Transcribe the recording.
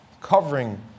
covering